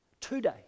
Today